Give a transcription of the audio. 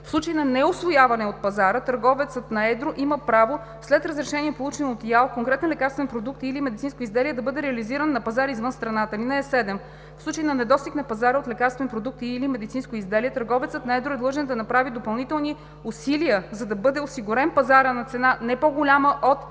В случай на неусвояване от пазара търговецът на едро има право, след разрешение, получено от ИАЛ, конкретен лекарствен продукт и/или медицинско изделие да бъде реализиран на пазари извън страната. (7) В случай на недостиг на пазара от лекарствен продукт и/или медицинско изделие търговецът на едро е длъжен да направи допълнителни усилия, за да бъде осигурен пазарът на цена, не по-голяма от